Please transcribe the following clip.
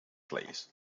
plays